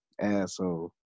asshole